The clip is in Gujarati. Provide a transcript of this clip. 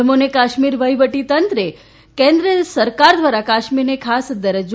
જમ્મુ અને કાશ્મીર વહિવટીતંત્રે કેન્દ્ર સરકાર દ્વારા કાશ્મીરને ખાસ દરજ્જો